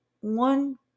one